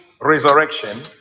resurrection